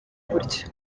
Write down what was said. gutyo